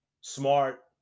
smart